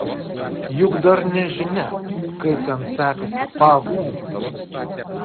juk dar nežinia kaip ten sekasi pavlui